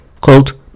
called